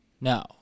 No